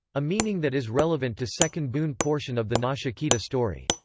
a meaning that is relevant to second boon portion of the nachiketa story.